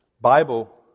Bible